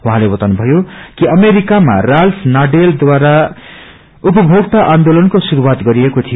उहाँले बताउनु भयो कि अमेरिकामा राल्फ नाडेरद्वारा उपमोक्ता आन्दोलनको शुरूआत गरिएको थियो